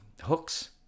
hooks